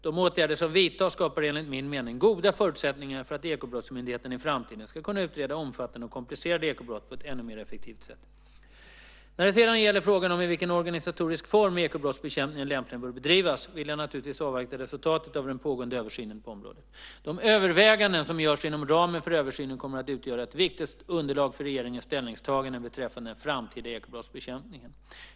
De åtgärder som vidtas skapar enligt min mening goda förutsättningar för att Ekobrottsmyndigheten i framtiden ska kunna utreda omfattande och komplicerade ekobrott på ett ännu mer effektivt sätt. När det sedan gäller frågan om i vilken organisatorisk form ekobrottsbekämpningen lämpligen bör bedrivas vill jag naturligtvis avvakta resultatet av den pågående översynen på området. De överväganden som görs inom ramen för översynen kommer att utgöra ett viktigt underlag för regeringens ställningstaganden beträffande den framtida ekobrottsbekämpningen.